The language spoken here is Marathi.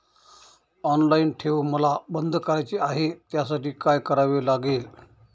ऑनलाईन ठेव मला बंद करायची आहे, त्यासाठी काय करावे लागेल?